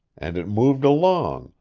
and it moved along,